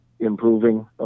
improving